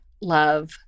love